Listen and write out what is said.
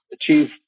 achieve